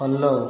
follow